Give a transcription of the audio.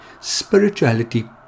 spirituality